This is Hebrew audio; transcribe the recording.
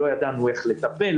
לא ידענו איך לטפל,